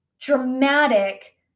dramatic